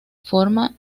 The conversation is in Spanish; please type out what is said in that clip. forma